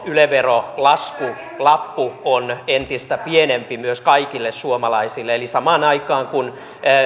yle verolaskulappu on entistä pienempi myös kaikille suomalaisille eli samaan aikaan kun